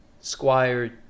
Squire